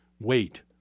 wait